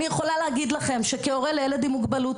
אני יכולה להגיד לכם שכהורה לילד עם מוגבלות,